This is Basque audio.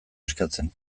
eskatzen